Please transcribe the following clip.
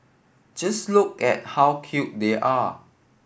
just look at how cute they are